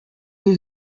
was